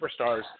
superstars